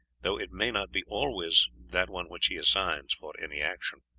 though it may not be always that one which he assigns for any action.